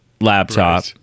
laptop